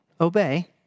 obey